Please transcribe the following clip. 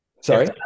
Sorry